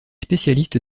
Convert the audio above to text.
spécialiste